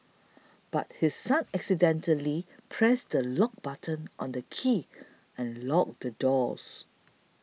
but his son accidentally pressed the lock button on the key and locked the doors